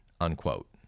unquote